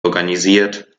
organisiert